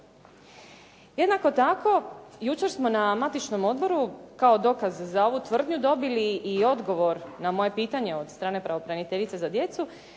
Jednako tako, jučer smo na matičnom odboru kao dokaz za ovu tvrdnju dobili i odgovor na moje pitanje od strane pravobraniteljice za djecu